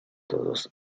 todos